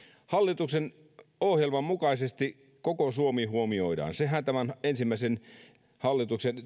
hallituksen ohjelman mukaisesti koko suomi huomioidaan sehän tämän hallituksen